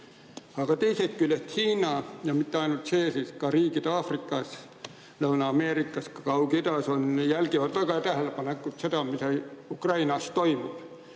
Aga teisest küljest, Hiina ja mitte ainult see, vaid ka riigid Aafrikas, Lõuna-Ameerikas ja Kaug-Idas jälgivad väga tähelepanelikult seda, mis Ukrainas toimub.